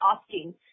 asking